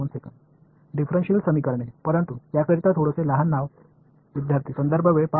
மாணவர் differential equations ஆனால் அதற்கு கொஞ்சம் அதைவிட சிறந்த பெயர்